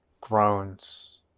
groans